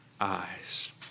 eyes